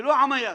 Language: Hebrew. ולא אמיאת.